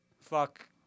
fuck